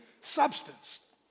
substance